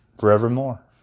forevermore